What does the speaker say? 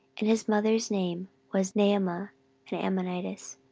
and his mother's name was naamah an ammonitess.